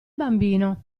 bambino